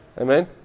Amen